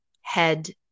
head